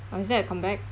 oh is that a come back